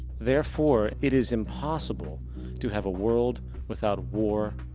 therefore, it is impossible to have a world without war,